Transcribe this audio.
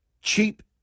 cheap